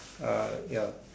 ah ya